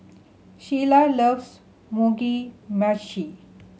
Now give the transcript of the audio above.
Shelia loves Mugi Meshi